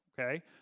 Okay